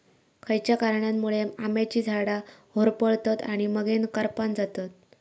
खयच्या कारणांमुळे आम्याची झाडा होरपळतत आणि मगेन करपान जातत?